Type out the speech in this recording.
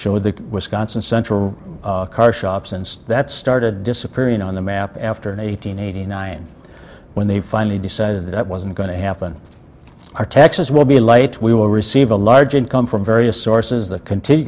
show the wisconsin central car shop since that started disappearing on the map after an eight hundred eighty nine when they finally decided that wasn't going to happen our taxes will be late we will receive a large income from various sources that continue